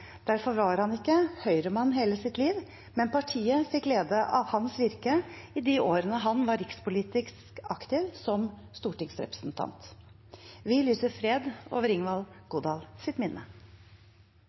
Derfor var han ikke Høyre-mann hele sitt liv, men partiet fikk glede av hans virke i de årene han var rikspolitisk aktiv som stortingsrepresentant. Vi lyser fred over Ingvald